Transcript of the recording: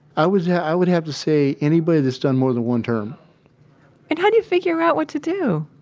i would yeah i would have to say anybody that's done more than one term and how do you figure out what to do?